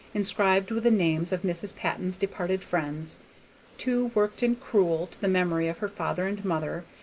inscribed with the names of mrs. patton's departed friends two worked in crewel to the memory of her father and mother,